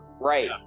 right